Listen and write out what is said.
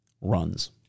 runs